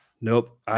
Nope